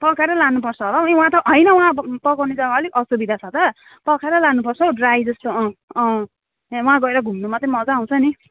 पकाएरै लानुपर्छ होला हौ वहाँ त होइन वहाँ पकाउने त अलिक असुविधा छ त पकाएरै लानुपर्छ हौ ड्राई जस्तो अँ अँ ए वहाँ गएर घुम्नु मात्रै मजा आउँछ नि